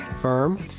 firm